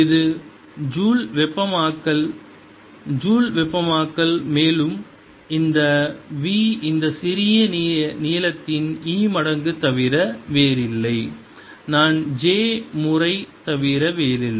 இது ஜூல்ஸ் வெப்பமாக்கல் ஜூல் வெப்பமாக்கல் மேலும் இந்த v இந்த சிறிய நீளத்தின் E மடங்கு தவிர வேறில்லை நான் j முறை தவிர வேறில்லை